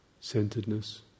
centeredness